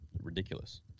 ridiculous